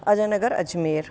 Ajay Nagar Ajmer